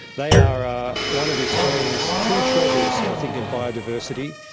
they are one of australia's true treasures i think in biodiversity.